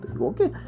Okay